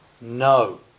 No